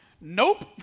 nope